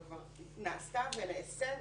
שכבר נעשתה ונעשית,